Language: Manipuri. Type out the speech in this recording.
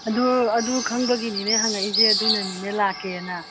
ꯑꯗꯨ ꯑꯗꯨ ꯈꯪꯕꯒꯤꯅꯤꯅꯦ ꯍꯪꯉꯛꯏꯁꯦ ꯑꯗꯨꯅꯅꯤꯅꯦ ꯂꯥꯛꯀꯦꯅ